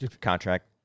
contract